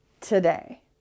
today